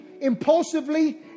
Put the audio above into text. impulsively